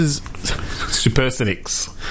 Supersonics